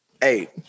Hey